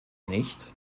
nicht